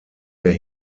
der